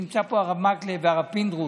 נמצאים פה הרב מקלב והרב פינדרוס.